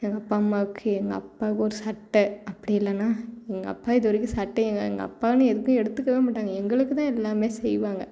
எங்கள் அப்பா அம்மாவுக்கு எங்கள் அப்பாவுக்கு ஒரு சட்டை அப்படி இல்லைனா எங்கள் அப்பா இது வரைக்கும் சட்டையே எங்கள் எங்கள் அப்பா எதுவும் எடுத்துக்க மாட்டாங்க எங்களுக்கு தான் எல்லாம் செய்வாங்க